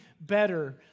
better